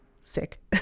sick